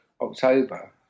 October